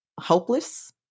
hopeless